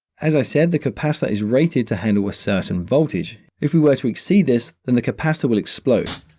as i said, the capacitor is rated to handle a certain voltage. if we were to exceed this, then the capacitor will explode.